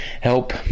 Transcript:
help